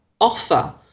offer